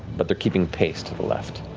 but they're keeping pace to the left.